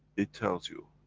it tells you,